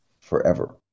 forever